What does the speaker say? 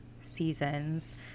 seasons